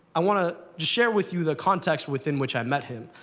i want to share with you the context within which i met him.